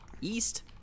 east